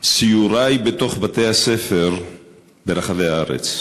סיורי בבתי-הספר ברחבי הארץ.